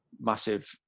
massive